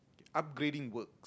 upgrading work